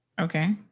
okay